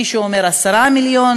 מישהו אומר 10 מיליון,